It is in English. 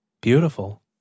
Beautiful